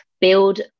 build